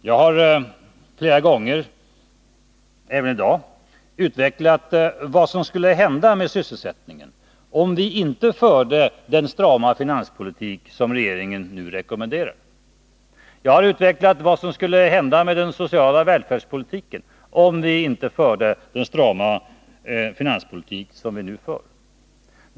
Jag har flera gånger, även i dag, utvecklat vad som skulle hända med sysselsättningen, om vi inte förde den strama finanspolitik som regeringen nu rekommenderar. Jag har också utvecklat vad som skulle hända med den sociala välfärdspolitiken, om vi inte förde den strama finanspolitik som vi nu för.